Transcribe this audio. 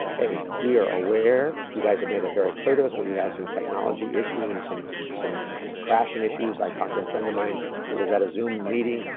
hey, we are aware. you guys have made it very clear to us that we have some technology issues, and some some crashing issues. i talked to a friend of mine that was at a zoom meeting,